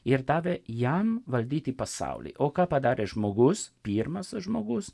ir davė jam valdyti pasaulį o ką padarė žmogus pirmas tas žmogus